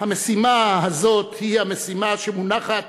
המשימה הזאת היא המשימה שמונחת